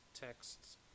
texts